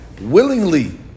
willingly